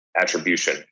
attribution